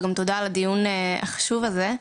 וגם תודה על הדיון החשוב הזה.